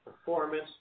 performance